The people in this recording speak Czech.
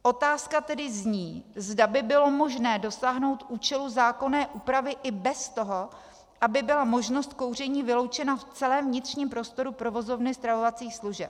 Otázka tedy zní, zda by bylo možné dosáhnout účelu zákonné úpravy i bez toho, aby byla možnost kouření vyloučena v celém vnitřním prostoru provozovny stravovacích služeb.